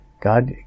God